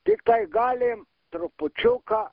tiktai galim trupučiuką